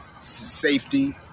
safety